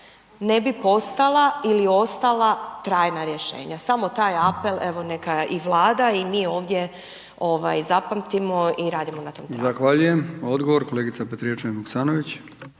ne bi postala ili ostala trajna rješenja. Samo taj apel evo, neka i Vlada i mi ovdje zapamtimo i radimo na tome. **Brkić, Milijan (HDZ)** Zahvaljujem. Odgovor, kolegica Petrijevčanin-Vuksanović.